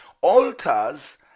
Altars